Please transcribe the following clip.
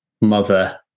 mother